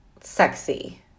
sexy